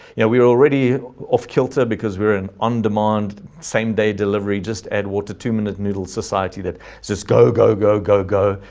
yeah we're already off kilter because we're an on demand, same day delivery just add water two minute noodles society that says go go, go, go go.